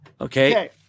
Okay